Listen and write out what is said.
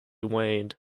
waned